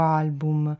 album